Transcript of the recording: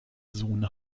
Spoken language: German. sohn